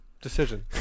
decision